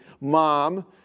mom